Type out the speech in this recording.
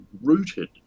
rooted